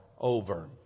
over